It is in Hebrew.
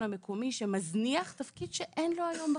המקומי שמזניח תפקיד שאין לו היום בחוק.